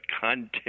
content